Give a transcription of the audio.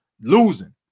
losing